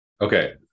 okay